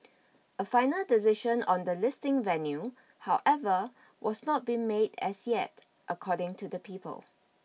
a final decision on the listing venue however was not been made as yet according to the people